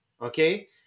okay